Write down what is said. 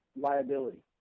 liability